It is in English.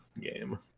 game